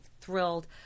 thrilled